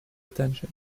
attention